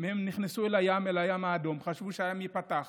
מהם נכנסו אל הים, אל הים האדום, חשבו שהים ייפתח,